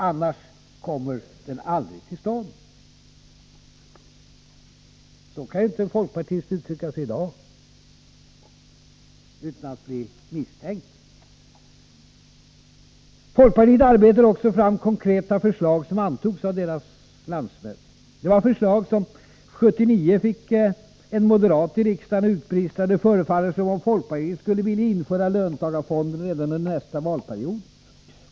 Annars kommer den aldrig till stånd.” Så kan en folkpartist inte uttrycka sig i dag utan att bli misstänkt. Folkpartiet arbetade också fram konkreta förslag som antogs av dess landsmöte. Det var förslag, som 1979 fick en moderat i riksdagen att utbrista: ”Det förefaller ——— som om folkpartiet skulle vilja införa löntagarfonder redan under nästa valperiod.